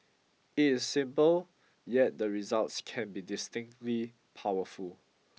is simple yet the results can be distinctly powerful